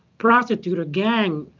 prostitute or gang.